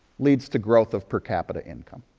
leads to growth of per capita income.